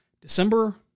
December